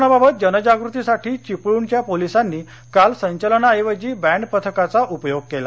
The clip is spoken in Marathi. कोरोनाबाबत जनजागृतीसाठी चिपळूणच्या पोलिसांनी काल संचलनाऐवजी बँड पथकाचा उपयोग केला